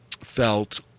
felt